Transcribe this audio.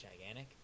gigantic